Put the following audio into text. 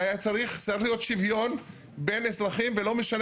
שהיה צריך להיות שוויון בין אזרחים ולא משנה